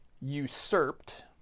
usurped